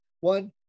One